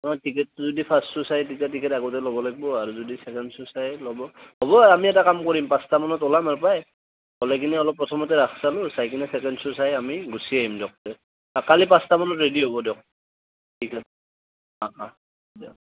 অঁ টিকেটটো যদি ফাৰ্ষ্ট শ্ব' চাই তেতিয়া টিকেট আগতে লব লাগিব আৰু ছেকেণ্ড শ্ব' চাই লব হ'ব আমি এটা কাম কৰিম পাঁচটা মানত ওলাম ইয়াৰ পৰা ওলাই কেনি অলপ প্ৰথমতে ৰাস চালোঁ চাই কিনি ছেকেণ্ড শ্ব' চাই আমি গুছি আহিম দিয়ক তে কালি পাঁচটা মানত ৰেডি হ'ব দিয়ক ঠিকে আছে দিয়ক